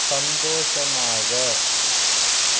சந்தோஷமாக